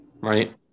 Right